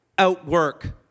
Outwork